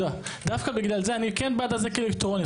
דווקא בגלל זה אני בעד אזיק אלקטרוני.